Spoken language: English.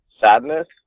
sadness